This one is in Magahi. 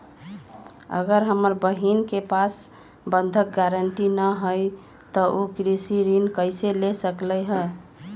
अगर हमर बहिन के पास बंधक गरान्टी न हई त उ कृषि ऋण कईसे ले सकलई ह?